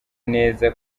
neza